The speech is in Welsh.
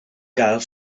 gael